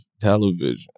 television